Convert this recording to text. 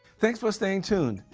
thanks for staying tuned.